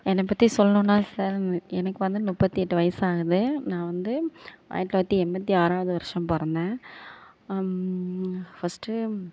என்ன பற்றி சொல்லணுன்னா சார் எனக்கு வந்து முப்பத்தி எட்டு வயிசாகுது நான் வந்து ஆயிரத்தி தொள்ளாயிரத்தி எண்பத்தி ஆறாவது வருடம் பிறந்தேன் ஃபஸ்ட்டு